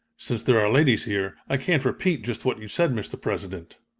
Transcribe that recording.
since there are ladies here, i can't repeat just what you said, mr. president.